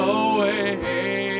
away